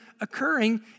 occurring